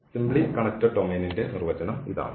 simply connected ഡൊമെയ്നിന്റെ നിർവചനം ഇതാണ്